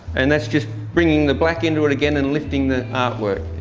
and that's just bringing the black into it again and lifting the art work.